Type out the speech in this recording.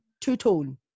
two-tone